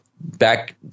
back